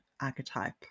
archetype